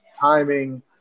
timing